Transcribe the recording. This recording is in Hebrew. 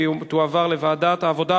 והיא תועבר לוועדת העבודה,